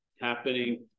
happening